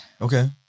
Okay